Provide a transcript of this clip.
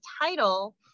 title